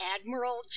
Admiral